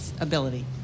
ability